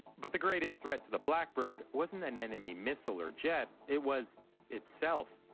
but the greatest threat to the blackbird wasn't an enemy missile or jet. it was itself.